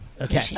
okay